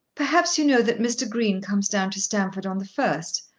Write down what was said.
perhaps you know that mr. green comes down to stamford on the first,